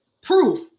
proof